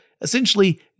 essentially